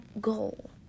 goal